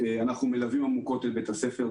אנחנו מלווים עמוקות את בית הספר.